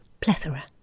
plethora